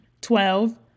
Twelve